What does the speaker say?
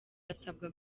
basabwa